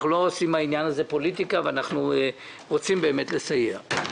אנחנו לא עושים מהעניין הזה פוליטיקה ואנחנו רוצים באמת לסייע.